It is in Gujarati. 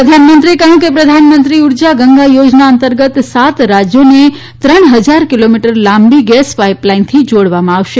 પ્રધાનમંત્રી એ કહ્યું કે પ્રધાનમંત્રી ઉર્જા ગંગા યોજના અંતર્ગત સાત રાજ્યોને ત્રણ ફજાર કીલોમીટર લાંબી ગેસ પાઇપ લાઇનથી જોડવામાં આવશે